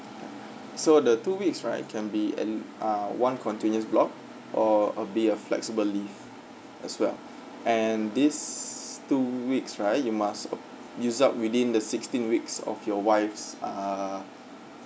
so the two weeks right can be at l~ ah one continuous block or uh be a flexible leave as well and these two weeks right you must um use up within the sixteen weeks of your wife's ah